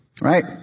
Right